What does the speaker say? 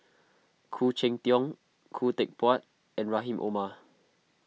Khoo Cheng Tiong Khoo Teck Puat and Rahim Omar